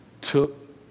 took